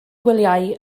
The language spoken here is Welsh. gwelyau